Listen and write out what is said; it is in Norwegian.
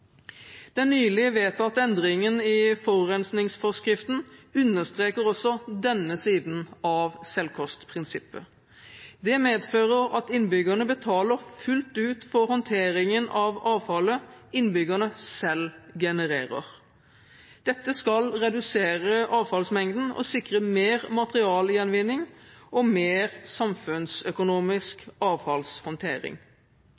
Den nylig vedtatte endringen i forurensningsforskriften understreker også denne siden av selvkostprinsippet. Det medfører at innbyggerne betaler fullt ut for håndteringen av avfallet innbyggerne selv genererer. Dette skal redusere avfallsmengden og sikre mer materialgjenvinning og mer samfunnsøkonomisk avfallshåndtering.